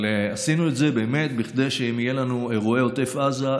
אבל עשינו את זה באמת כדי שאם יהיו לנו אירועי עוטף עזה,